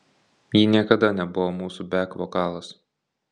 ji niekada nebuvo mūsų bek vokalas